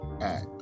act